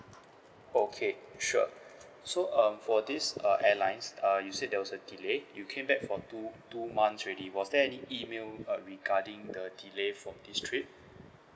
okay sure so um for this uh airlines uh you said there was a delay you came back for two two months already was there any email uh regarding the delay for this trip